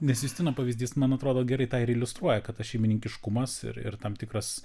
nes justino pavyzdys man atrodo gerai tq ir iliustruoja kad tas šeimininkiškumas ir ir tam tikras